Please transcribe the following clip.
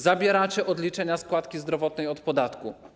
Zabieracie odliczenia składki zdrowotnej od podatku.